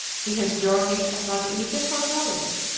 he has journeyed as one eager for knowledge,